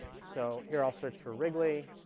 so here i'll search for wrigley,